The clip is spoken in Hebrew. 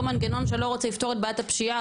מנגנון שלא רוצה לפתור את בעיית הפשיעה.